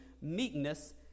meekness